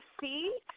see